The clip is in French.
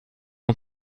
les